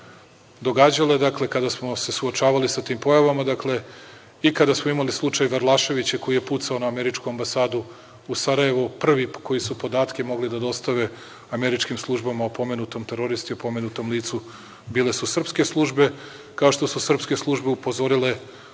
kada smo se suočavali sa tim pojavama i kada smo imali slučaj Verlašević koji je pucao na Američku ambasadu u Sarajevu, prvi koji su podatke mogli da dostave američkim službama o pomenutom teroristi, o pomenutom licu bile su srpske službe, kao što su srpske službe upozorile